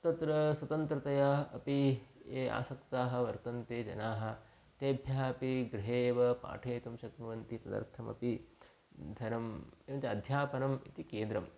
तत्र स्वतन्त्रतया अपि ये आसक्ताः वर्तन्ते जनाः तेभ्यः अपि गृहे एव पाठयितुं शक्नुवन्ति तदर्थमपि धनं एवञ्च अध्यापनम् इति केन्द्रम्